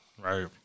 right